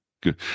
good